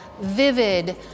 vivid